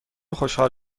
خوشحال